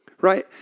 Right